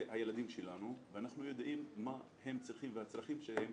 זה הילדים שלנו ואנחנו יודעים מה הם צריכים ומה הצרכים שלהם,